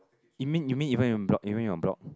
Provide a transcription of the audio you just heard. it mean you mean even your block even your block